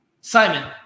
Simon